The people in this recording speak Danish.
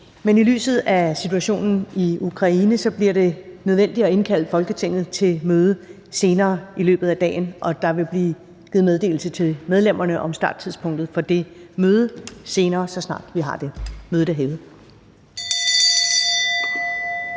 Men i lyset af situationen i Ukraine bliver det nødvendigt at indkalde Folketinget til møde senere i løbet af dagen, og der vil blive givet meddelelse til medlemmerne om starttidspunktet for det møde, så snart vi har det. Mødet er hævet.